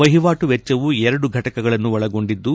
ವಹಿವಾಟು ವೆಚ್ಚವು ಎರಡು ಘಟಕಗಳನ್ನು ಒಳಗೊಂಡಿದ್ದು